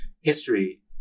history